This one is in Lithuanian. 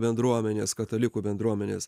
bendruomenės katalikų bendruomenės